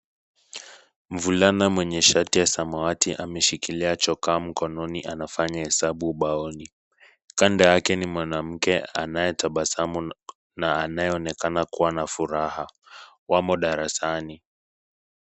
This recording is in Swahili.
Mvulana mwenye shati ya samawati ameshikilia choka mkononi anafanya hesabu ubaoni. Kando yake ni mwanamke anayetabasamu na anayeonekana kuwa na furaha, wamo darasani.